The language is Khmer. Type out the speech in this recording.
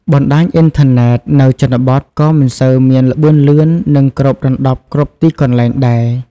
បណ្តាញអ៊ីនធឺណិតនៅជនបទក៏មិនសូវមានល្បឿនលឿន និងគ្របដណ្ដប់គ្រប់ទីកន្លែងដែរ។